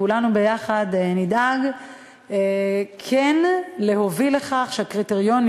כולנו ביחד נדאג כן להוביל לכך שהקריטריונים